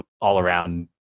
all-around